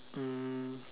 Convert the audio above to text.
mm